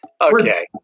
Okay